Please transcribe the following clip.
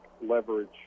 leverage